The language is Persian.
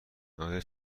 آیا